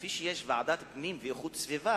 שכפי שיש ועדת הפנים והגנת הסביבה,